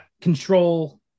control